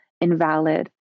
invalid